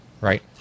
right